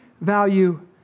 value